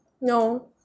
No